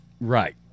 Right